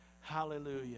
Hallelujah